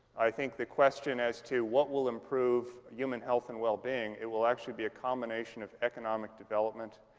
i think the question as to what will improve human health and well-being it will actually be a combination of economic development,